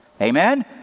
Amen